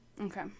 Okay